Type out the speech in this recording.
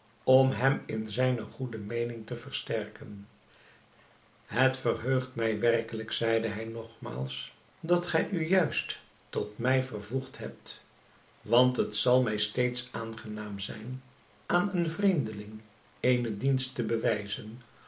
om hem in zijne goede meening te versterken het verheugt mij werkelijk zeide hij nogmaals dat gij u juist tot mij vervoegd hebt want het zal mij steeds aangenaam zijn aan een vreemdeling eenen dienst te bewijzen